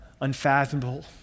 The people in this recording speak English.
unfathomable